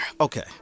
Okay